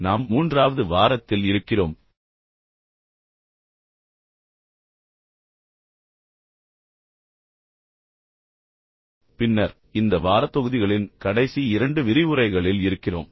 நாம் மூன்றாவது வாரத்தில் இருக்கிறோம் பின்னர் இந்த வார தொகுதிகளின் கடைசி இரண்டு விரிவுரைகளில் இருக்கிறோம்